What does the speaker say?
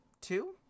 two